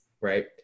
right